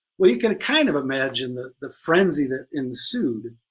well you can kind of imagine that the frenzy that ensued.